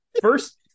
First